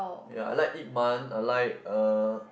ya I like Ip-Man I like uh